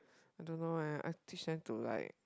I don't know leh I teach them to like